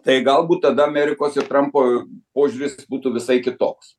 tai galbūt tada amerikos ir trampo požiūris būtų visai kitoks